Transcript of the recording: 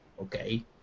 okay